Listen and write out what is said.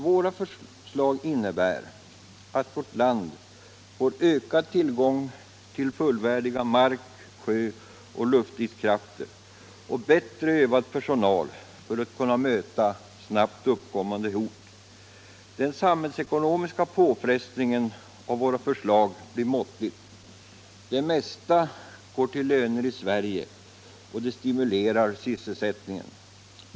Våra förslag innebär att vårt land får ökad tillgång på fullvärdiga mark-, sjöoch luftstridskrafter och bättre övad personal för att kunna möta snabbt uppkommande hot. Den samhällsekonomiska påfrestningen genom våra förslag blir måttlig. Det mesta går till löner i Sverige och stimulerar sysselsättningen.